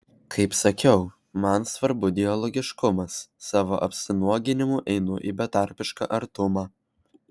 kaip sakiau man svarbu dialogiškumas savo apsinuoginimu einu į betarpišką artumą